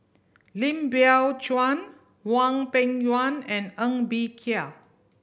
Lim Biow Chuan Hwang Peng Yuan and Ng Bee Kia